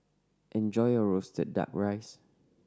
enjoy your roasted Duck Rice